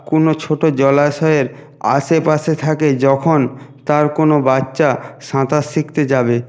কোনো ছোটো জলাশয়ের আশেপাশে থাকে যখন তার কোনো বাচ্চা সাঁতার শিখতে যাবে